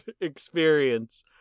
experience